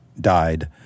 died